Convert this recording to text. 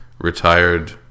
retired